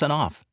off